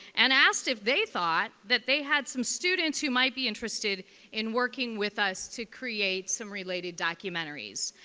and asked if they thought that they had some students who might be interested in working with us to create some related documentaries.